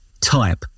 type